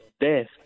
death